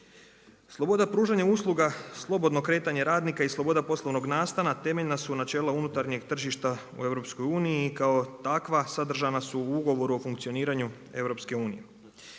Sloboda pružanja usluga slobodno kretanje radnika i sloboda poslovnog nastana temeljna su načela unutarnjeg tržišta o EU kao takva sadržana su u ugovoru o funkcioniranju EU.